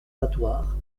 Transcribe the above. battoirs